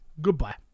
Goodbye